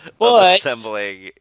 assembling